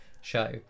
show